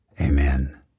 amen